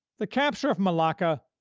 the capture of malacca,